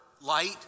light